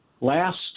last